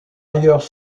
ailleurs